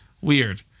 weird